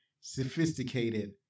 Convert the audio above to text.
sophisticated